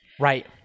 Right